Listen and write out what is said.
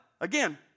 again